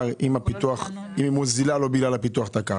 מיליון.